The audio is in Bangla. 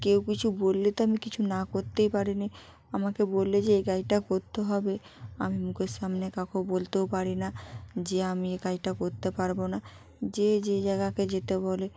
কেউ কিছু বললে তো আমি কিছু না করতেই পারিনি আমাকে বলল যে এই কাজটা করতে হবে আমি মুখের সামনে কাউকে বলতেও পারি না যে আমি এই কাজটা করতে পারব না যে যেই জায়গায় যেতে বলে